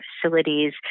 facilities